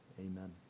amen